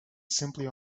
simply